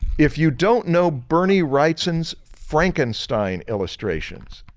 if you don't know bernie wrightson's frankenstein illustrations,